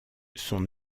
son